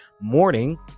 morning